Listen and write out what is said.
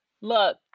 look